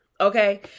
okay